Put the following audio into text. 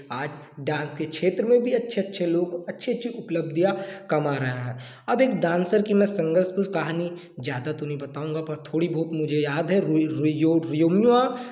आज डांस के क्षेत्र में भी अच्छे अच्छे लोग अच्छी अच्छी उपलब्धियाँ कमा रहा है अब एक डाँसर की मैं संघर्ष या कहानी ज़्यादा तो नहीं बताऊँगा पर थोड़ी बहुत मुझे याद है